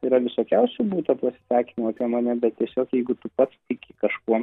yra visokiausių būta pasisakymų apie mane bet tiesiog jeigu tu pats tiki kažkuom